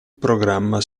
programma